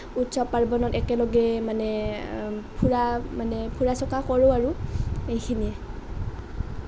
উৎসৱ পাৰ্বণত একেলগে মানে ফুৰা মানে ফুৰা চকা কৰোঁ আৰু এইখিনিয়েই